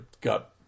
got